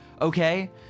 Okay